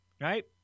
Right